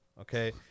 okay